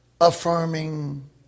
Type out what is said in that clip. affirming